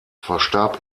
verstarb